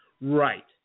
Right